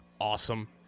awesome